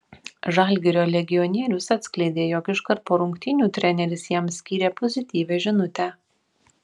žalgirio legionierius atskleidė jog iškart po rungtynių treneris jam skyrė pozityvią žinutę